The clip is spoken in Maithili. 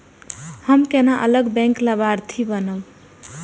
हम केना अलग बैंक लाभार्थी बनब?